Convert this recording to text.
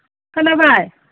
खोनाबाय